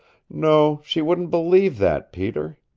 no, she wouldn't believe that, peter.